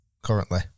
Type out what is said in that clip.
Currently